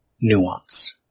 nuance